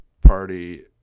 party